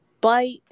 bite